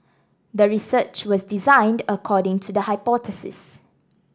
the research was designed according to the hypothesis